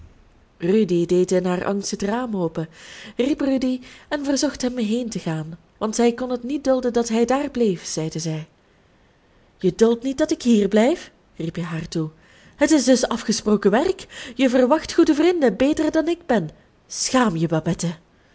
deed in haar angst het raam open riep rudy en verzocht hem heen te gaan want zij kon het niet dulden dat hij daar bleef zeide zij je duldt niet dat ik hier blijf riep hij haar toe het is dus afgesproken werk je verwacht goede vrienden betere dan ik ben schaam je babette